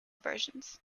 versions